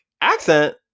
accent